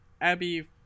Abby